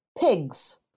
pigs